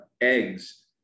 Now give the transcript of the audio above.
eggs